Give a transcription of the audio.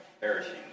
perishing